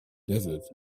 desert